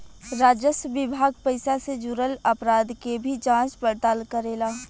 राजस्व विभाग पइसा से जुरल अपराध के भी जांच पड़ताल करेला